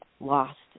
lost